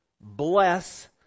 bless